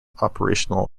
operational